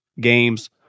games